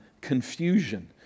confusion